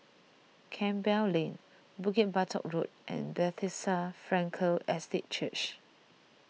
Campbell Lane Bukit Batok Road and Bethesda Frankel Estate Church